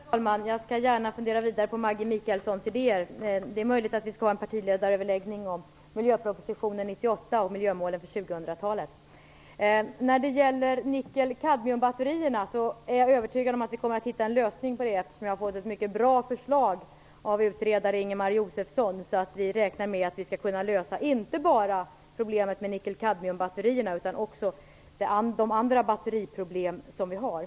Herr talman! Jag skall gärna fundera vidare på Maggi Mikaelssons idéer. Det är möjligt att vi skall ha en partiledaröverläggning om miljöpropositionen år 1998 och miljömålen för 2000-talet. När det gäller nickel-kadmium-batterierna är jag övertygad om att vi kommer att hitta en lösning, eftersom vi har fått ett mycket bra förslag av utredare Ingemar Josefsson. Vi räknar med att vi skall kunna lösa inte bara problemet med nickel-kadmiumbatterierna utan också de andra batteriproblem vi har.